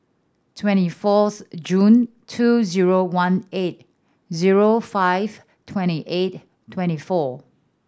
twenty fourth June two zero one eight zero five twenty eight twenty four